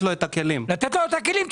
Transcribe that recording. לתת לו את הכלים.